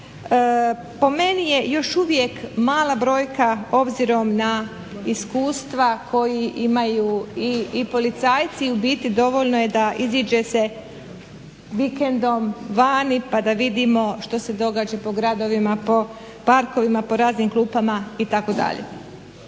po meni je još uvijek mala brojka obzirom na iskustva koji imaju i policajci i u biti dovoljno je da iziđe se vikendom vani, pa da vidimo što se događa po gradovima, po parkovima, po raznim klupama itd.